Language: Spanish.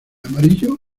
amarillo